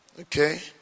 Okay